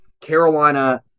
Carolina –